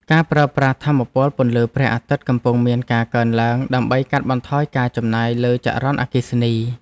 ការប្រើប្រាស់ថាមពលពន្លឺព្រះអាទិត្យកំពុងមានការកើនឡើង ដើម្បីកាត់បន្ថយការចំណាយលើចរន្តអគ្គិសនី។